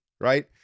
right